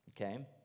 Okay